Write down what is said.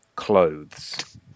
Clothes